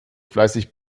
fleißig